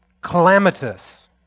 calamitous